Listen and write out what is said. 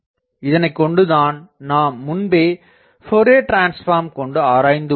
இதனைக் கொண்டுதான் நாம் முன்பே போரியர் டிரான்ஸ் ஃபார்ம் கொண்டு ஆராய்ந்து உள்ளோம்